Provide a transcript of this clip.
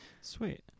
Sweet